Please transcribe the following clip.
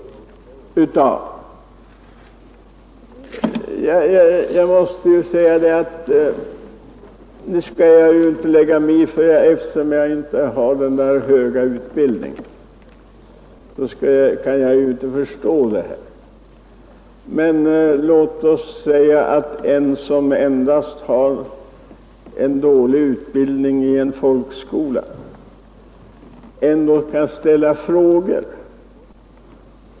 Jag kanske inte skall lägga mig i dessa frågor; eftersom jag inte har den där höga utbildningen kan jag väl inte förstå detta. Men en som endast har fått en dålig utbildning i en folkskola kan ändå ställa frågor.